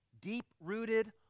deep-rooted